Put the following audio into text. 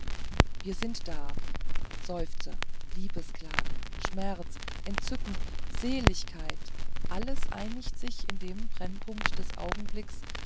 wir sind da seufzer liebesklagen schmerz entzücken seligkeit alles einigt sich in dem brennpunkt des augenblicks